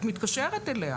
את מתקשרת אליה.